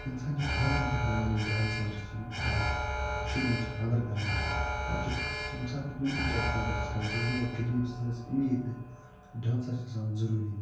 اِنسان چھِ خانٛدَرَن پٮ۪ٹھ نِوان یِم ڈانسٲرٕز یِم آزٕ کٔشیٖرِ منٛز چھِ خانٛدَر کران آز چھِ ییٚمہِ ساتہٕ کُنہِ تہِ جایہِ خانٛدَر چھِ کران سُہ زَنہٕ آسہِ غریٖب سُہ زَنہٕ آسہِ أمیٖر تہِ ڈانسَر چھِ آسان ضوٚروٗری